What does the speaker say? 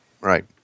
Right